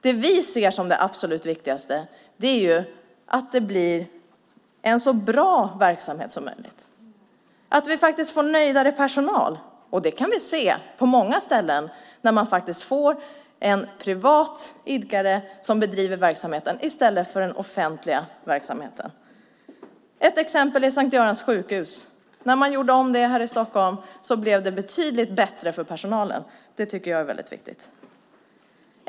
Det vi ser som det absolut viktigaste är att det blir en så bra verksamhet som möjligt, att vi får nöjdare personal. Det kan vi se på många ställen när man får en privat idkare som bedriver verksamheten i stället för en offentlig. Ett exempel är S:t Görans sjukhus. När man gjorde om det här i Stockholm blev det betydligt bättre för personalen. Det tycker jag är viktigt.